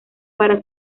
para